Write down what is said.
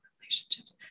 relationships